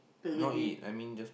no eat I mean just